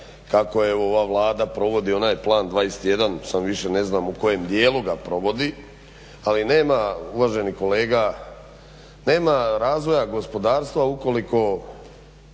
kako evo ova Vlada provod onaj Plan 21, samo više ne znamo u kojem djelu ga provodi, ali nema uvaženi kolega, nema razvoja gospodarstva ukoliko